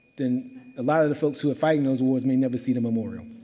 then a lot of the folks who are fighting those wars may never see the memorial.